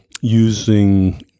using